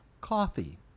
Coffee